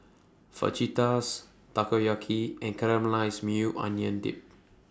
Fajitas Takoyaki and Caramelized Maui Onion Dip